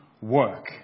work